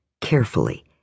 carefully